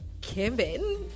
Kevin